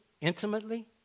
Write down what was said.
Intimately